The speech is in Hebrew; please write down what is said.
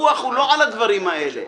הוויכוח הוא לא על הדברים האלה.